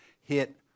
hit